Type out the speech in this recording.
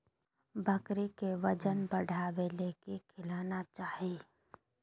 बकरी के वजन बढ़ावे ले की खिलाना चाही?